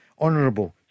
Honourable